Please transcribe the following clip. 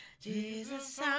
Jesus